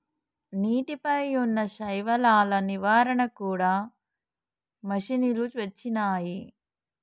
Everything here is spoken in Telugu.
నీటి పై వున్నా శైవలాల నివారణ కూడా మషిణీలు వచ్చినాయి